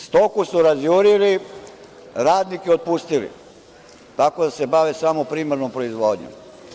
Stoku su razjurili, radnike otpustili, tako da se bave samo primarnom proizvodnjom.